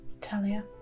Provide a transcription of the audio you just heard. Talia